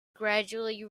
gradually